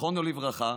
זיכרונו לברכה,